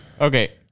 Okay